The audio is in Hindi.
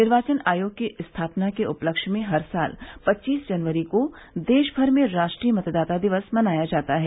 निर्वाचन आयोग की स्थापना के उपलक्ष्य में हर साल पच्चीस जनवरी को देशभर में राष्ट्रीय मतदाता दिवस मनाया जाता है